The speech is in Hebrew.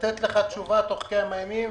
לתת לך תשובה תוך כמה ימים.